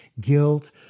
guilt